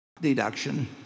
deduction